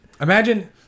Imagine